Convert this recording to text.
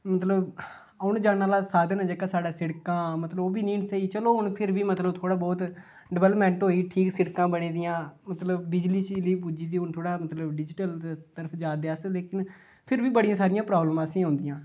मतलबऔन जाने आह्ला साधना ऐ जेह्का साढ़ै सिड़कां मतलब ओह् बी नेईं स्हेई चलो हून फिर बी मतलब थोह्ड़ा बहुत डिवैलप्मैंट होई ठीक सिड़कां बनी दियां मतलब बिजली छिजली पुज्जी दी हून मतलब थोह्ड़ा डिजिटल तरफ जा दे अस लेकिन फिर बी बड़ियां सारियां प्राब्लमां असेंगी औंदियां